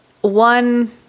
one